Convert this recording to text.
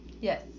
Yes